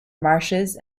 marshes